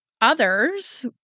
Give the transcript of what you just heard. others